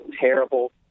terrible